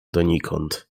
donikąd